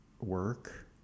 work